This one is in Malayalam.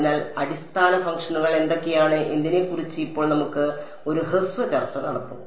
അതിനാൽ അടിസ്ഥാന ഫംഗ്ഷനുകൾ എന്തൊക്കെയാണ് എന്നതിനെക്കുറിച്ച് ഇപ്പോൾ നമുക്ക് ഒരു ഹ്രസ്വ ചർച്ച നടത്തും